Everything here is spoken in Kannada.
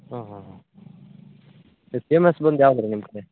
ಹಾಂ ಹಾಂ ಹಾಂ ಇದು ಫೇಮಸ್ ಬಂದು ಯಾವ್ದು ಇದೆ ನಿಮ್ಮ ಕಡೆ